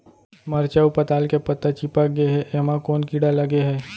मरचा अऊ पताल के पत्ता चिपक गे हे, एमा कोन कीड़ा लगे है?